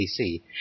PC